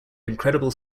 incredible